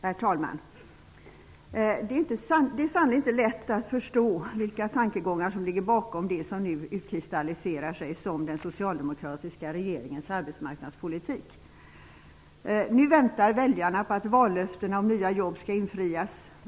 Herr talman! Det är sannerligen inte lätt att förstå vilka tankegångar som ligger bakom det som nu utkristalliserar sig som den socialdemokratiska regeringens arbetsmarknadspolitik. Nu väntar väljarna på att vallöftena om nya jobb skall infrias.